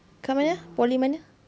kat mana eh poly mana